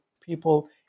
people